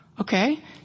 Okay